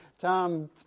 Tom